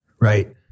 Right